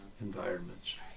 environments